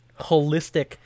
holistic